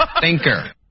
Thinker